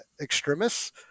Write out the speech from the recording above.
extremists